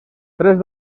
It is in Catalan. tres